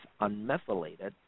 unmethylated